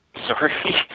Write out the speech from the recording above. Sorry